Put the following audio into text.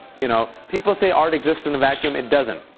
you know people say art exists in a vacuum. it doesn't.